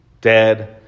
dead